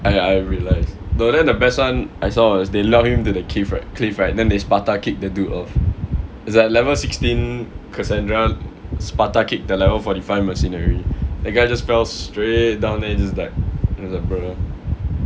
I I realize no then the best one I saw was they lunge him to the cliff cliff right then they sparta kick the dude off is like level sixteen kassandra sparta kick the level fourty-five mercenary that guy just fell straight down then he just died I was like bro